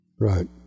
Right